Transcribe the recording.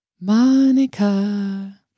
Monica